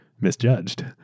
misjudged